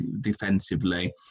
defensively